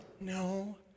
No